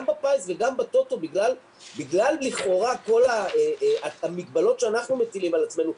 גם בפיס וגם בטוטו בגלל לכאורה כל המגבלות שאנחנו מטילים על עצמנו,